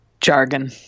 jargon